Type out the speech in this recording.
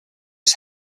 its